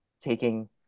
taking